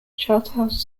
charterhouse